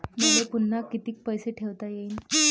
मले पुन्हा कितीक पैसे ठेवता येईन?